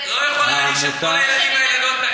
לא יכול להיות שכל הילדים האלה,